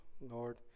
Lord